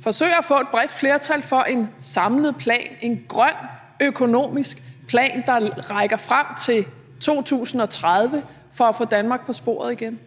forsøger at få et bredt flertal for en samlet plan, en grøn økonomisk plan, der rækker frem til 2030, for at få Danmark på sporet igen?